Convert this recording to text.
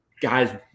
guys